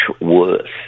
worse